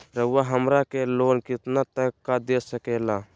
रउरा हमरा के लोन कितना तक का दे सकेला?